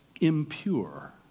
impure